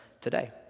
today